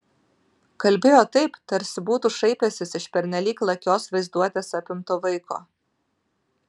kalbėjo taip tarsi būtų šaipęsis iš pernelyg lakios vaizduotės apimto vaiko